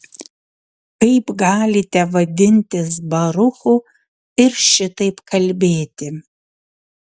kaip galite vadintis baruchu ir šitaip kalbėti